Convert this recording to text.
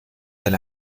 del